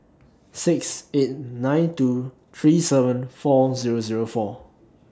six eight nine two three seven four Zero Zero four